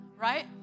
Right